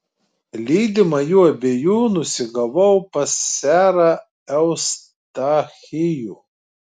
lydima jų abiejų nusigavau pas serą eustachijų